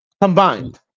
Combined